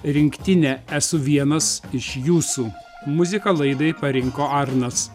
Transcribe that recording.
rinktinę esu vienas iš jūsų muziką laidai parinko arnas